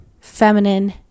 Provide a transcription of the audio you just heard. feminine